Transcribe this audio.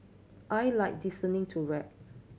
I like listening to rap